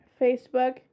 Facebook